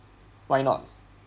why not